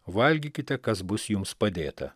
valgykite kas bus jums padėta